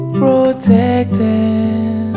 protected